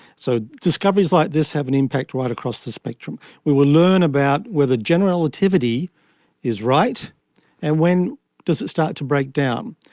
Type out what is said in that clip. so discoveries like this have an impact right across the spectrum. we will learn about whether general relativity is right and when does it start to break down.